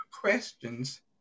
questions